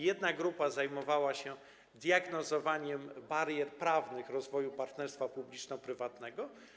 Jedna grupa zajmowała się diagnozowaniem barier prawnych rozwoju partnerstwa publiczno-prywatnego.